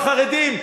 על החרדים.